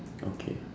okay